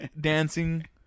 dancing